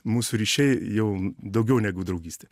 mūsų ryšiai jau daugiau negu draugystė